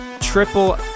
triple